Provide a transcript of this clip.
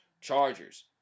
Chargers